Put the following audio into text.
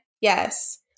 Yes